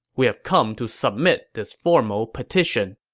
we have come to submit this formal petition.